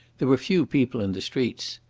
there were few people in the streets.